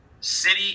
City